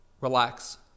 Relax